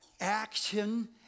action